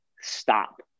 stop